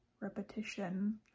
repetition